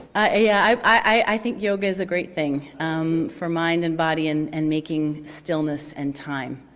i yeah i think yoga is a great thing for mind and body and and making stillness and time.